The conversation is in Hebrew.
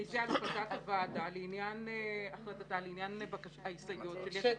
רביזיה על החלטת הוועדה לעניין ההסתייגויות של יש עתיד.